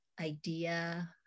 idea